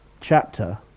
chapter